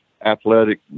athletic